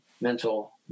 mental